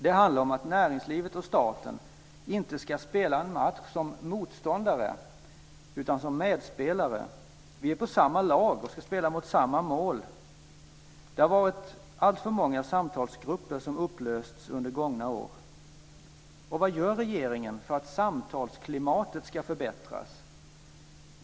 Det handlar om att näringslivet och staten inte ska spela en match som motståndare utan som medspelare. Vi är i samma lag och ska spela mot samma mål. Det har varit alltför många samtalsgrupper som upplösts under gångna år. Vad gör regeringen för att samtalsklimatet ska förbättras?